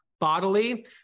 bodily